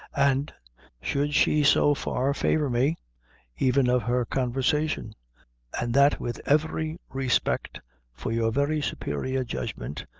and should she so far favor me even of her conversation and that with every respect for your very superior judgment,